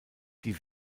die